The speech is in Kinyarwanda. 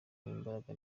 n’imbaraga